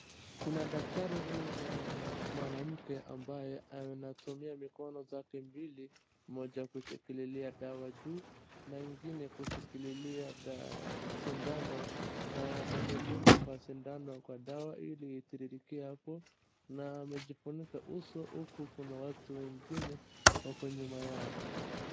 Kuna daktari huyu mwanamke ambaye anatumia mikono zake mbili. moja kushilia dawa juu na ingine kushikilia shindano na amedunga kwa shindano kwa dawa ili itiririkie hapo na amejifunika uso huku kuna watu wengine wako nyuma yao .